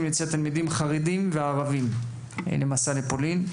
ליציאת תלמידים חרדים וערבים למסע לפולין.